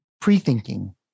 pre-thinking